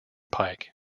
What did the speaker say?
pike